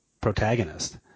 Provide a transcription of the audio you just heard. protagonist